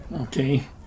okay